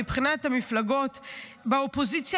מבחינת המפלגות באופוזיציה,